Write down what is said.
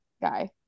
guy